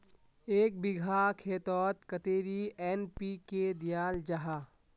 एक बिगहा खेतोत कतेरी एन.पी.के दियाल जहा?